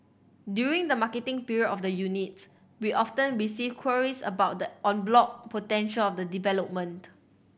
during the marketing period of the units we often receive queries about the en bloc potential of the development